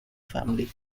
family